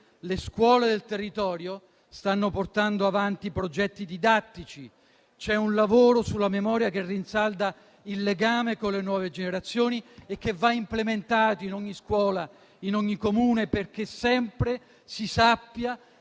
le scuole del territorio stanno portando avanti progetti didattici. C'è un lavoro sulla memoria che rinsalda il legame con le nuove generazioni e che va implementato in ogni scuola, in ogni Comune, perché sempre si sappia